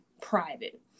private